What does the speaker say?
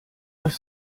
das